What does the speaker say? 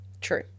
true